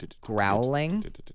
growling